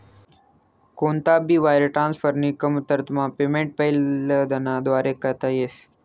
कोणता भी वायर ट्रान्सफरनी कमतरतामा पेमेंट पेपैलना व्दारे करता येस